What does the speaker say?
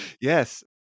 Yes